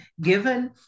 given